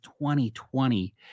2020